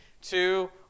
two